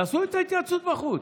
תעשו את ההתייעצות בחוץ.